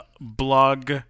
blog